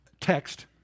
text